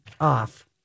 off